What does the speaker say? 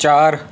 ਚਾਰ